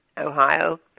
Ohio